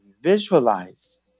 visualize